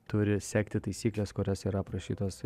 turi sekti taisyklės kurias yra aprašytos